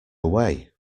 away